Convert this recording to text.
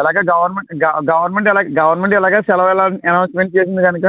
అలాగే గవర్నమెంట్ గ గవర్నమెంట్ అలాగ గవర్నమెంట్ ఎలాగ సెలవు అనౌన్స్మెంట్ చేసింది కనుక